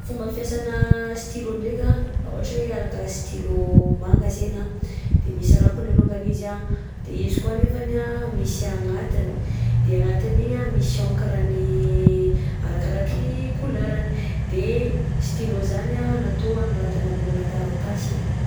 Fomba fiasana stylo ndreka raha ohatra hoe alaka stylo manga antsena de misy rakony alongany izy a,de izy koà nefany misy agnatiny de agnatiny igny misy encre-any arakaraky couleur-ny, de stylo zany natao anoratana ambonina taratasy.